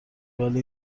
ولی